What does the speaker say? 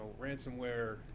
ransomware